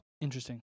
interesting